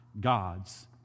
gods